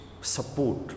support